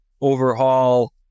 overhaul